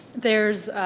there's